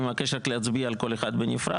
אני מבקש רק להצביע על כל אחד בנפרד,